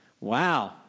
Wow